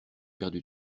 perdue